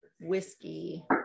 whiskey